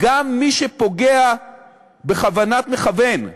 גם מי שפוגע בכוונת מכוון במודיעין-עילית,